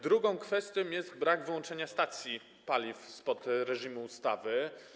Drugą kwestią jest brak wyłączenia stacji paliw spod reżimu ustawy.